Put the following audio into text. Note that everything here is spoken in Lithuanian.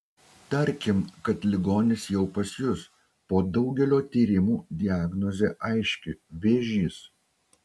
tarkim kad ligonis jau pas jus po daugelio tyrimų diagnozė aiški vėžys